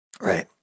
Right